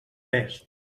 test